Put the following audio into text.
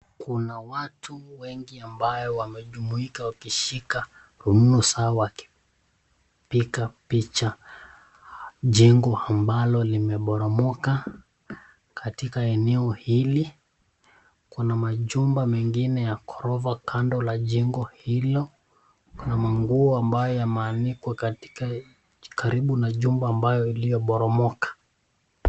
Kuna watu wengi ambaye wamejumuika wakishika rununu zao wakipiga picha jengo ambalo limeboromoka, katika eneo hili kuna majumba mengine ya ghorofa kando ya jengo hilo, kunamanguo ambayo yameanikwa katika karibu na jumba iliyoboromoka.